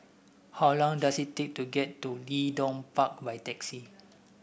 how long does it take to get to Leedon Park by taxi